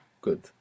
Good